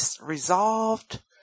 resolved